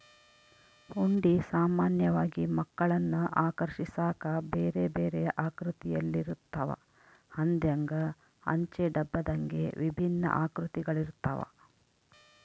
ಹುಂಡಿ ಸಾಮಾನ್ಯವಾಗಿ ಮಕ್ಕಳನ್ನು ಆಕರ್ಷಿಸಾಕ ಬೇರೆಬೇರೆ ಆಕೃತಿಯಲ್ಲಿರುತ್ತವ, ಹಂದೆಂಗ, ಅಂಚೆ ಡಬ್ಬದಂಗೆ ವಿಭಿನ್ನ ಆಕೃತಿಗಳಿರ್ತವ